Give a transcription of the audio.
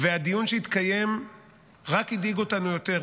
והדיון שהתקיים רק הדאיג אותנו יותר.